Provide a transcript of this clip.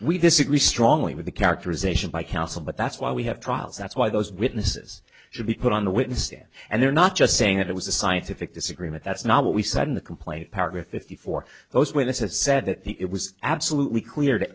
we disagree strongly with the characterization by counsel but that's why we have trials that's why those witnesses should be put on the witness stand and they're not just saying that it was a scientific disagreement that's not what we said in the complaint paragraph fifty four those witnesses said that it was absolutely clear to